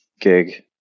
gig